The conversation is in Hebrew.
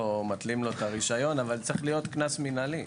או מתלים לו את הרשיון אבל צריך להיות קנס מינהלי.